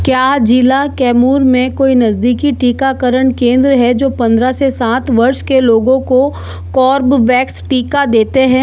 क्या जिला कैमूर में कोई नज़दीकी टीकाकरण केंद्र है जो पंद्रह से सात वर्ष के लोगों को कोर्बबैक्स टीका देते हैं